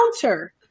counter